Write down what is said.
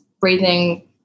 breathing